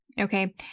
Okay